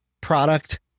product